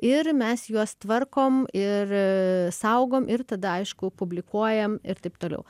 ir mes juos tvarkom ir saugom ir tada aišku publikuojam ir taip toliau